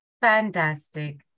Fantastic